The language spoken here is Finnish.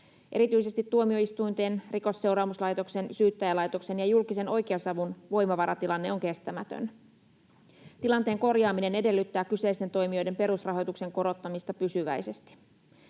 Erityisesti tuomioistuinten, Rikosseuraamuslaitoksen, Syyttäjälaitoksen ja julkisen oikeusavun voimavaratilanne on kestämätön. Tilanteen korjaaminen edellyttää kyseisten toimijoiden perusrahoituksen korottamista pysyväisesti.